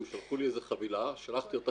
הם שלחו לי איזו חבילה ששלחתי אותה